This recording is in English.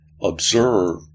observe